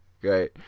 great